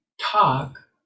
talk